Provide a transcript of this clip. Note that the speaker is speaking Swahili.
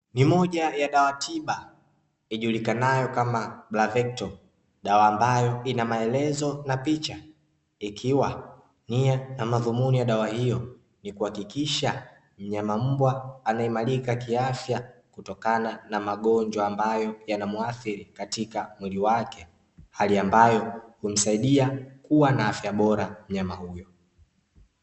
Ni moja ya dawa tiba ijulikanayo kama '"BRAVECTO", dawa ambayo ina maelezo na picha. Ikiwa nia na madhumuni ya dawa hiyo ni kuhakikisha mnyama mbwa anaimarika kiafya kutokana na magonjwa ambayo yanamuathiri katika mwili wake. Hali ambayo humsaidia kuwa na afya bora; mnyama huyo.